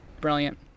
brilliant